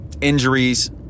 injuries